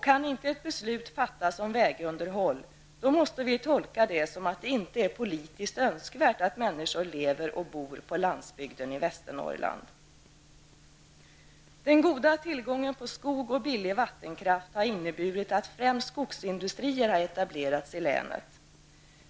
Kan inte ett beslut fattas om vägunderhåll, då måste vi tolka det som att det inte är politiskt önskvärt att människor lever och bor på landsbygden i Den goda tillgången på skog och billig vattenkraft har inneburit att främst skogsindustrier har etablerats i länet.